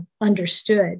understood